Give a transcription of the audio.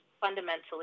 fundamentally